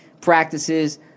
practices